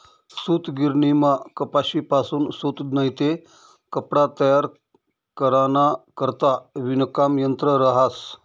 सूतगिरणीमा कपाशीपासून सूत नैते कपडा तयार कराना करता विणकाम यंत्र रहास